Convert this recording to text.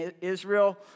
Israel